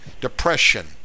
depression